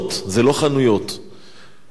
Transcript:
אנחנו הכרנו פעם איך נראית חנות,